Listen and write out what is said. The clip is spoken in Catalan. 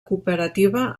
cooperativa